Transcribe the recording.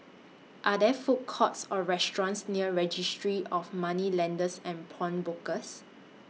Are There Food Courts Or restaurants near Registry of Moneylenders and Pawnbrokers